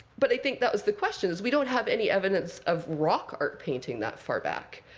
but i think that was the question, is we don't have any evidence of rock art painting that far back.